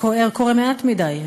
זה באמת בזמן האחרון קורה מעט מדי.